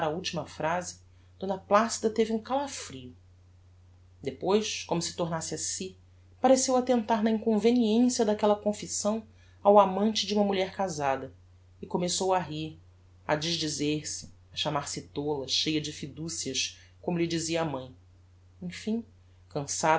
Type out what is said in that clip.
ultima phrase d placida teve um calafrio depois como se tornasse a si pareceu attentar na inconveniência daquella confissão ao amante de uma mulher casada e começou a rir a desdizer se a chamar-se tola cheia de fiducias como lhe dizia a mãe enfim cançada